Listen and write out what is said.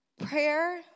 Prayer